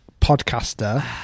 podcaster